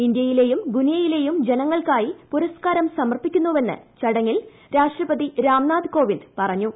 ഇന്ത്യയിലെയും ഗുനിയയിലെയും ജനങ്ങൾ ക്കായി പുരസ്കാരം സമർപ്പിക്കുന്നുവെന്ന് ചടങ്ങിൽ രാഷ്ട്രപതി രാംനാഥ് കോവിന്ദ് പറഞ്ഞു